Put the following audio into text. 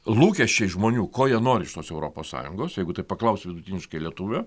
lūkesčiai žmonių ko jie nori iš tos europos sąjungos jeigu taip paklausus vidutiniškai lietuvio